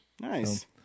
Nice